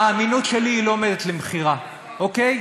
האמינות שלי לא עומדת למכירה, אוקיי?